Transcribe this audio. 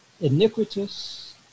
iniquitous